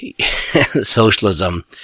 socialism